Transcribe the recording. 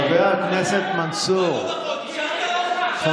חבר הכנסת מנסור, מה לא נכון?